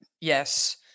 Yes